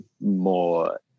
more